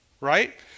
right